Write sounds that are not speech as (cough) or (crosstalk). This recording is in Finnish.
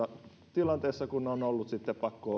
tilanteessa kun on ollut sitten pakko (unintelligible)